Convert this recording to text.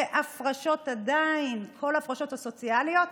עם כל ההפרשות הסוציאליות.